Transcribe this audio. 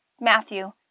Matthew